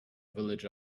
village